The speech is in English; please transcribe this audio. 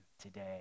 today